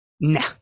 Nah